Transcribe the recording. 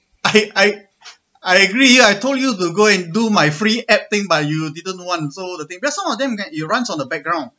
I I I agree yeah I told you to go and do my free app thing but you didn't want so the thing because some of them that you runs on the background